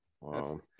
Wow